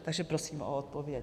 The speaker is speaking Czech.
Takže prosím o odpověď.